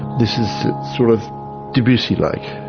this is sort of debussy-like.